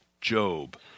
Job